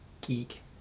geek